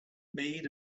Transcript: made